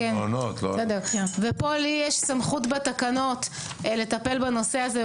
ופה לי סמכות בתקנות לטפל בנושא הזה,